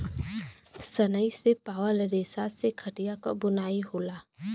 सनई से पावल रेसा से खटिया क बुनाई होला